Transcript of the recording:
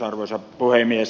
arvoisa puhemies